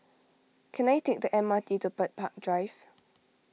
can I take the M R T to Bird Park Drive